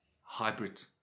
hybrid